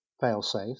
fail-safe